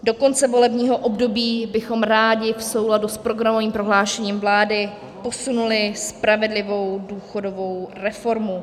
Do konce volebního období bychom rádi v souladu s programovým prohlášením vlády posunuli spravedlivou důchodovou reformu.